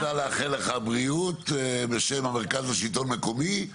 היא רוצה לאחל לך בריאות בשם מרכז השלטון המקומי.